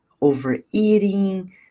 overeating